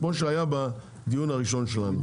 כמו שהיה בדיון הראשון שלנו.